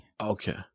Okay